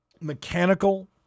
mechanical